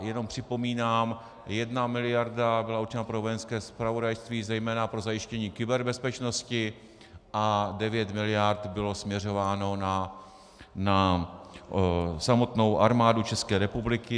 Jenom připomínám, jedna miliarda byla určena pro Vojenské zpravodajství, zejména pro zajištění kyberbezpečnosti, a 9 miliard bylo směřováno na samotnou Armádu České republiky.